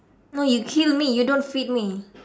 no you kill me you don't feed me